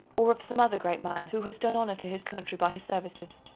or of some other great man, who has done honor to his country by his services.